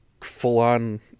full-on